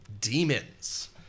Demons